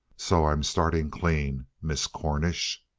so i'm starting clean miss cornish!